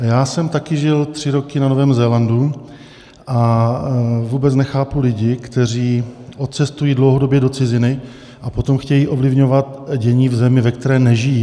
Já jsem taky žil tři roky na Novém Zélandu a vůbec nechápu lidi, kteří odcestují dlouhodobě do ciziny a potom chtějí ovlivňovat dění v zemi, ve které nežijí.